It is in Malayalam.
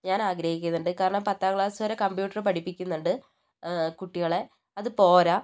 ഞാൻ ആഗ്രഹിക്കുന്നുണ്ട് കാരണം പത്താം ക്ലാസ് വരെ കമ്പ്യൂട്ടർ പഠിപ്പിക്കുന്നുണ്ട് കുട്ടികളെ അത് പോരാ